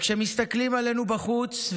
כשמסתכלים עלינו בחוץ,